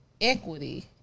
equity